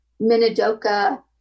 Minidoka